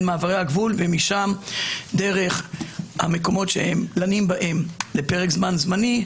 מעברי הגבול ומשם דרך המקומות שהם לנים בהם לפרק זמן זמני,